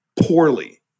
poorly